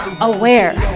aware